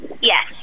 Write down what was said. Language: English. Yes